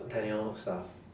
daniel stuff